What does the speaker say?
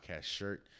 shirt